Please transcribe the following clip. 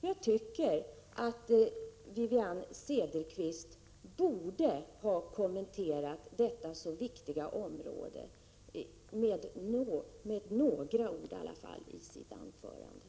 Jag tycker att Wivi-Anne Cederqvist borde ha kommenterat detta så viktiga område med åtminstone några ord i sitt anförande.